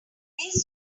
these